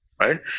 right